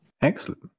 Excellent